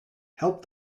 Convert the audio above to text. help